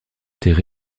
étaient